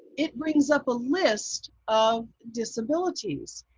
it brings up a list of disabilities.